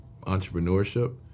entrepreneurship